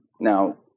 Now